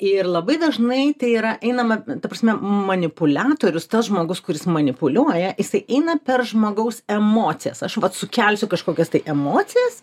ir labai dažnai tai yra einama ta prasme manipuliatorius tas žmogus kuris manipuliuoja jisai eina per žmogaus emocijas aš vat sukelsiu kažkokias emocijas